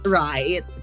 right